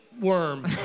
worm